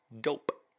dope